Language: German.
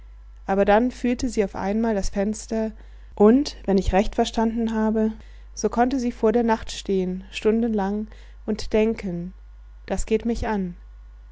aber dann fühlte sie auf einmal das fenster und wenn ich recht verstanden habe so konnte sie vor der nacht stehn stundenlang und denken das geht mich an